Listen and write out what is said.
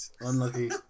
Unlucky